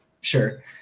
sure